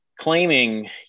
claiming